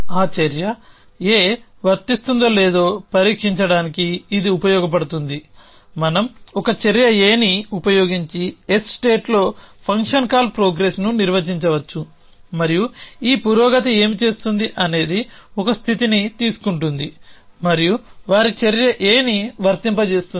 ఆ చర్య A వర్తిస్తుందో లేదో పరీక్షించడానికి ఇది ఉపయోగించబడుతుంది మనం ఒక చర్య A ని ఉపయోగించి S స్టేట్లో ఫంక్షన్ కాల్ ప్రోగ్రెస్ని నిర్వచించవచ్చు మరియు ఈ పురోగతి ఏమి చేస్తుంది అనేది ఒక స్థితిని తీసుకుంటుంది మరియు వారి చర్య Aని వర్తింపజేస్తుంది